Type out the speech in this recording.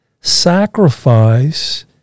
sacrifice